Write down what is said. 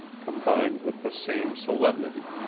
combined with the same solemnity,